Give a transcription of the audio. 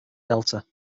delta